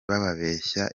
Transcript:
bababeshya